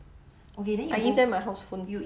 I give them my house phone